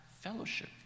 fellowship